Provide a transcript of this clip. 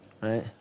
Right